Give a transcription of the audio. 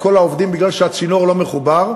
כל העובדים מכיוון שהצינור לא מחובר,